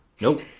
Nope